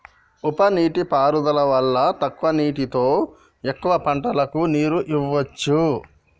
ఉప నీటి పారుదల వల్ల తక్కువ నీళ్లతో ఎక్కువ పంటలకు నీరు ఇవ్వొచ్చు